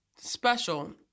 special